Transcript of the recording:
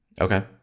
Okay